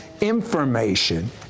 information